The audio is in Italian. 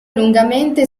lungamente